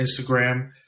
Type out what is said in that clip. Instagram